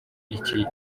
iki